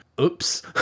Oops